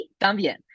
también